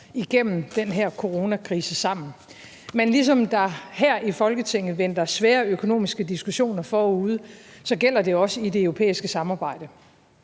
igennem den her coronakrise sammen. Men ligesom der her i Folketinget venter svære økonomiske diskussioner forude, så gælder det også i det europæiske samarbejde.